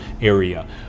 area